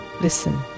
Listen